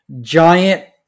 Giant